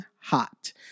hot